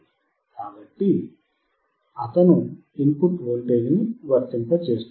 కాబట్టి అతను input voltage ని వర్తింపజేస్తున్నాడు